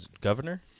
governor